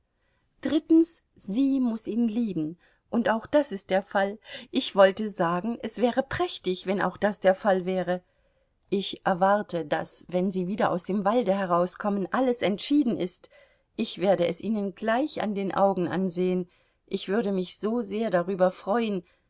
drittens sie muß ihn lieben und auch das ist der fall ich wollte sagen es wäre prächtig wenn auch das der fall wäre ich erwarte daß wenn sie wieder aus dem walde herauskommen alles entschieden ist ich werde es ihnen gleich an den augen ansehen ich würde mich so sehr darüber freuen